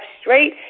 straight